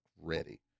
ready